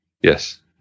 yes